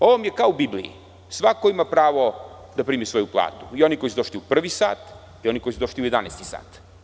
Ovo vam je kao u Bibliji, svako ima pravo da primi svoju platu, i oni koji su došli u prvi sat, a i oni koji su došli u jedanaestom satu.